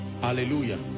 Hallelujah